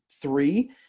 three